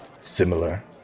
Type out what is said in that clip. similar